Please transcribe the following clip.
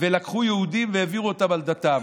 לקחו יהודים והעבירו אותם על דתם.